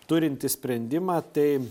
turinti sprendimą tai